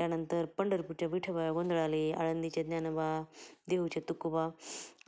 त्यानंतर पंढरपूरच्या विठोबा गोंधळाला ये आळंदीच्या ज्ञानोबा देहूच्या तुकोबा